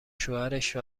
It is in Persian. شوهرش